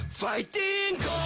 Fighting